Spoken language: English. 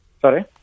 Sorry